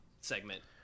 segment